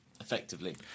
Effectively